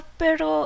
pero